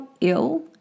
ill